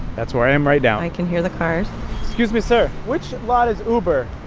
that's where i am right now i can hear the cars excuse me, sir. which lot is uber?